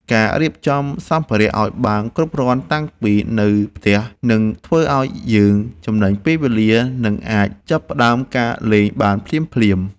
ការរៀបចំសម្ភារៈឱ្យបានគ្រប់គ្រាន់តាំងពីនៅផ្ទះនឹងធ្វើឱ្យយើងចំណេញពេលវេលា និងអាចចាប់ផ្ដើមការលេងបានភ្លាមៗ។